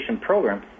Program